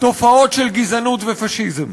תופעות של גזענות ופאשיזם.